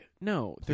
no